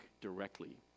directly